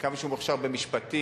כמה שהוא מוכשר במשפטים,